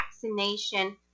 vaccination